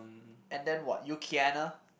and then what